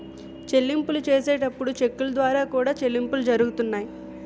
చెల్లింపులు చేసేటప్పుడు చెక్కుల ద్వారా కూడా చెల్లింపులు జరుగుతున్నాయి